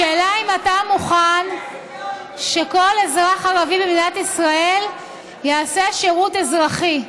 השאלה אם אתה מוכן שכל אזרח ערבי במדינת ישראל יעשה שירות אזרחי.